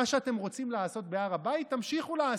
מה שאתם רוצים לעשות בהר הבית, תמשיכו לעשות.